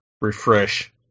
refresh